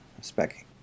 spec